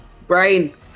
Brain